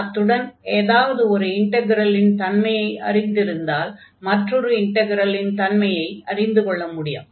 அத்துடன் ஏதாவது ஒரு இன்டக்ரலின் தன்மையை அறிந்திருந்தால் மற்றொரு இன்டக்ரலின் தன்மையை அறிந்து கொள்ள முடியும்